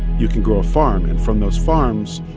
you can grow a farm. and from those farms,